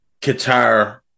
Qatar